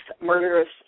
murderous